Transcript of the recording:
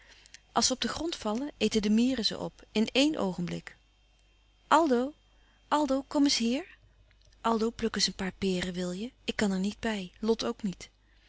als ze op den grond vallen eten de mieren ze op in éen oogenblik aldo aldo kom eens hier aldo pluk eens een paar peren wil je ik kan er niet bij lot ook niet